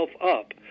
up